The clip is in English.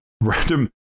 random